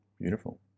Beautiful